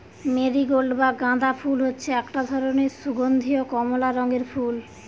marigold বা গাঁদা ফুল হচ্ছে একটা ধরণের সুগন্ধীয় কমলা রঙের ফুল